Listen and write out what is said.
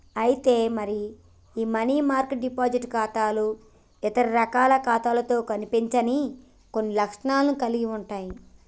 అయితే మరి ఈ మనీ మార్కెట్ డిపాజిట్ ఖాతాలు ఇతర రకాల ఖాతాలతో కనిపించని కొన్ని లక్షణాలను కలిగి ఉంటాయి